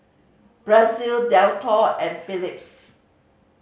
Praise Dettol and Phillips